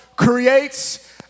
creates